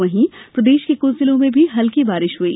वहीं प्रदेश के कुछ जिलों में भी हल्की बारिश हुई